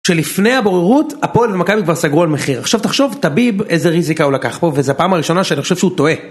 שלפני הבוררות, הפועל ומכבי כבר סגרו על מחיר, עכשיו תחשוב טביב איזה ריזיקה הוא לקח פה, וזה הפעם הראשונה שאני חושב שהוא טועה.